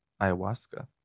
ayahuasca